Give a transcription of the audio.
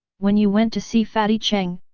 when you went to see fatty cheng,